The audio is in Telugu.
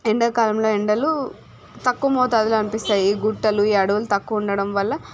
ఎండకాలంలో ఎండలు తక్కువ మోతాదులో అనిపిస్తాయి గుట్టలు ఈ అడువులు తక్కువ ఉండడం వల్ల